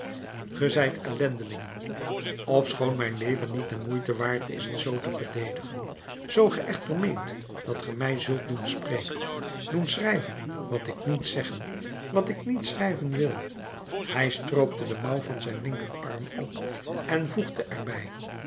zijt ellendigen ofschoon mijn leven niet der moeite waard is het zoo te verdedigen zoo ge echter meent dat ge mij zult doen spreken doen schrijven wat ik niet zeggen wat ik niet schrijven wil hij stroopte de mouw van zijn linkerarm op en voegde er